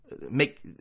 make